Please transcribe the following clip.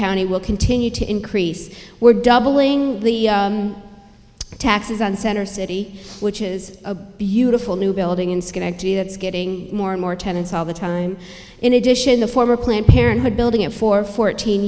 county will continue to increase we're doubling the taxes on center city which is a beautiful new building in schenectady that's getting more and more tenants all the time in addition the former planned parenthood building and for fourteen